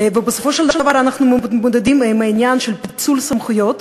ובסופו של דבר אנחנו מתמודדים עם העניין של פיצול סמכויות,